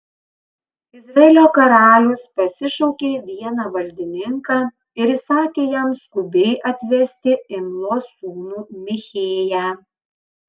izraelio karalius pasišaukė vieną valdininką ir įsakė jam skubiai atvesti imlos sūnų michėją